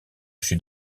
sud